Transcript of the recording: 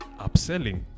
upselling